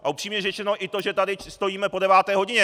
A upřímně řečeno i to, že tady stojíme po deváté hodině!